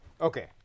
Okay